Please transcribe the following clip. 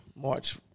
March